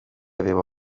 aveva